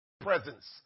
Presence